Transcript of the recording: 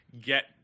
get